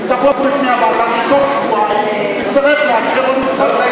תבוא בפני הוועדה שבתוך שבועיים תצטרך לאשר או לדחות.